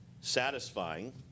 satisfying